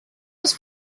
was